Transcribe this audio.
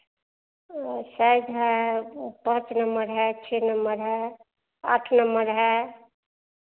size है ओ पाँच नंबर है छः नंबर है आठ नंबर है